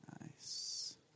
Nice